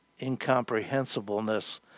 incomprehensibleness